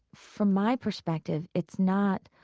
from my perspective, it's not,